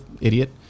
idiot